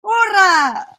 hurra